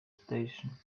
station